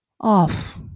off